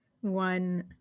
one